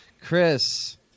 Chris